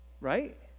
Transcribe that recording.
right